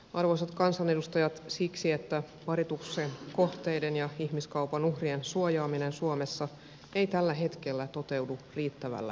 arvoisat kansanedustajat siksi että parituksen kohteiden ja ihmiskaupan uhrien suojaaminen suomessa ei tällä hetkellä toteudu riittävällä tavalla